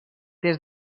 des